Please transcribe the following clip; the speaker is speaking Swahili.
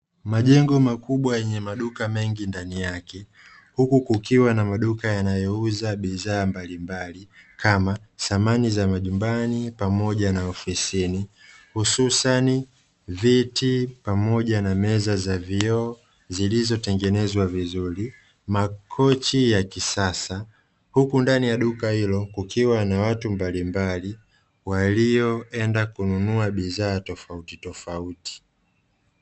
Majengo makubwa yenye maduka ndani yanayouza bidhaa mbalimbali kama vile